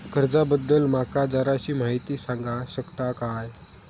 कर्जा बद्दल माका जराशी माहिती सांगा शकता काय?